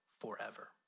forever